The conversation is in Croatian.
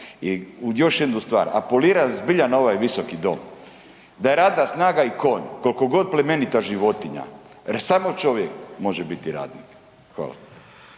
I još jednu stvar, apeliram zbilja na ovaj Visoki dom da je radna snaga i konj koliko god plemenita životinja, ali samo čovjek može biti radnik. Hvala.